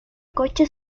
coche